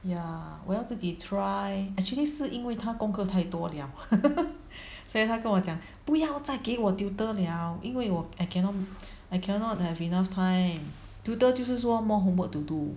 ya 我要自己 try actually 是因为他功课太多了 所以他跟我讲不要再给我 tutor 了因为我 I cannot I cannot have enough time tutor 就是说 more homework to do